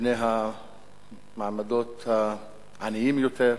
בני המעמדות העניים יותר.